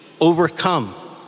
overcome